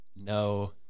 no